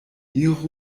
iru